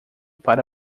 para